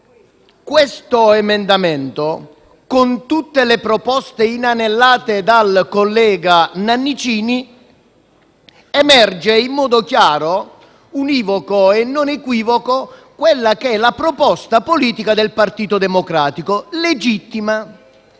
questo emendamento, con tutte le proposte inanellate dal collega Nannicini, emerge in modo chiaro, univoco e non equivoco la proposta politica del Partito Democratico, che è legittima